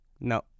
No